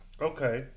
Okay